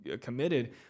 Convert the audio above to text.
committed